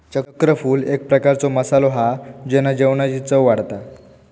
चक्रफूल एक प्रकारचो मसालो हा जेना जेवणाची चव वाढता